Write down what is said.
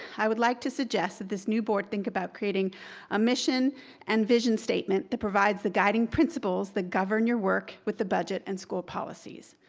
i would like to suggest that this new board think about creating a mission and vision statement that provides the guiding principles that govern your work with the budget and school policies.